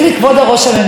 מה אתה שותה,